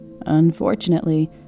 Unfortunately